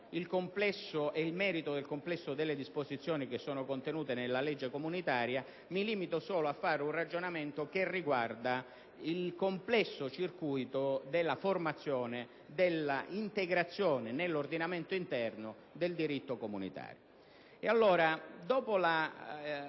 il complesso e il merito delle disposizioni contenute nella legge comunitaria. Mi limito solo a fare un ragionamento riguardante il complesso circuito della formazione e della integrazione nell'ordinamento interno del diritto comunitario.